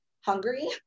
hungry